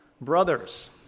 brothers